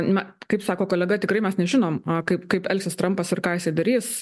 na kaip sako kolega tikrai mes nežinom kaip kaip elgsis trampas ir ką jisai darys